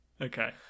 Okay